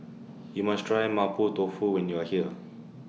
YOU must Try Mapo Tofu when YOU Are here